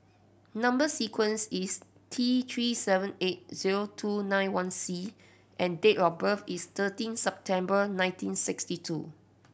number sequence is T Three seven eight zero two nine one C and date of birth is thirteen September nineteen sixty two